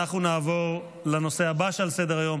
אנחנו נעבור לנושא הבא על סדר-היום,